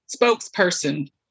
spokesperson